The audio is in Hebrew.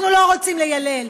אנחנו לא רוצים ליילל,